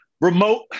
remote